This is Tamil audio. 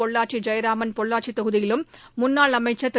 பொள்ளாச்சி ஜெயராமன் பொள்ளாச்சி தொகுதியிலும் முன்னாள் அமைச்சர் திரு